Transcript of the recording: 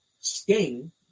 Sting